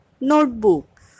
notebook